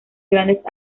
grandes